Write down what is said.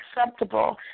acceptable